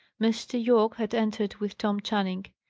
mr. yorke had entered with tom channing.